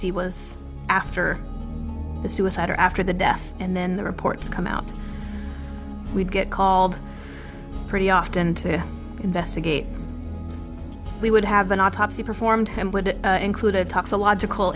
see was after the suicide or after the death and then the reports come out we'd get called pretty often to investigate we would have an autopsy performed and would include a toxin logical